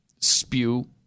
spew